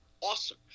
awesome